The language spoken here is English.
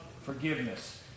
Forgiveness